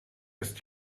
ist